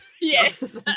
Yes